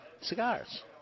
Cigars